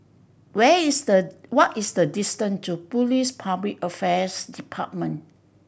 where is the what is the distance to Police Public Affairs Department